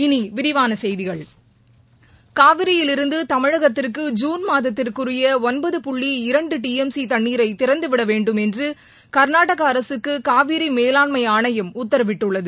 இனி விரிவான செய்திகள் காவிரியிலிருந்து தமிழகத்திற்கு ஐூன் மாதத்திற்குரிய ஒன்பது புள்ளி இரண்டு டி எம் சி தண்ணீரை திறந்து விட வேண்டும் என்று கர்நாடக அரசுக்கு காவிரி மேலாண்மை ஆணையம் உத்தரவிட்டுள்ளது